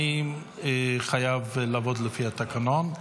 אני חייב לעבוד לפי התקנון.